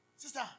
Sister